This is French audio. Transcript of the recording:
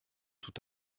tout